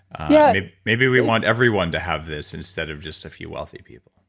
yeah maybe we want everyone to have this instead of just a few wealthy people.